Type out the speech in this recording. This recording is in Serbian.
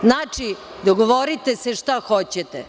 Znači, dogovorite se šta hoćete.